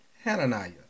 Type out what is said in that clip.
Hananiah